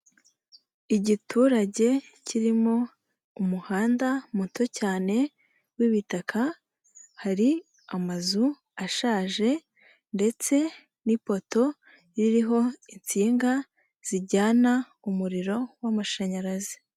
Igiturage kirimo umuhanda muto cyane wibitaka, hari amazu ashaje ndetse n'ipoto ririho insinga zijyana umuriro w'amashanyarazi.